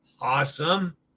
Awesome